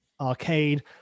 Arcade